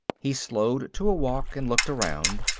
he slowed to a walk, and looked around.